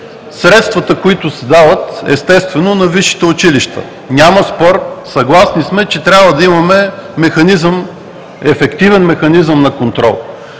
средствата, които се дават на висшите училища. Няма спор – съгласни сме, че трябва да имаме ефективен механизъм на контрол.